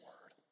word